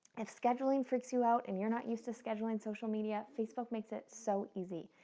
if scheduling freaks you out and you're not used to scheduling social media, facebook makes it so easy.